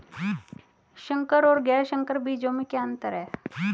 संकर और गैर संकर बीजों में क्या अंतर है?